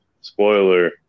spoiler